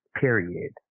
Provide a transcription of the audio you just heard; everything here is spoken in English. Period